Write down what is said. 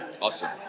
Awesome